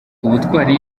ubutwari